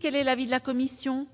Quel est l'avis de la commission ?